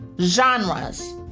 genres